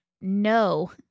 No